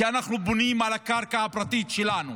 כי אנחנו בונים על הקרקע הפרטית שלנו,